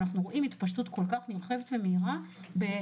כשאנחנו רואים התפשטות נרחבת ומהירה כל